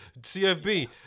CFB